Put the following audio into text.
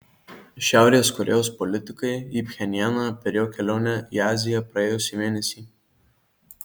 šiaurės korėjos politikai į pchenjaną per jo kelionę į aziją praėjusį mėnesį